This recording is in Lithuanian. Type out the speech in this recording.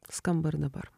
skamba ir dabar